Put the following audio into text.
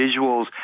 visuals